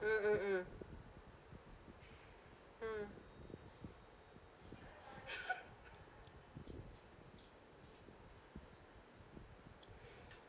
mm mm mm mm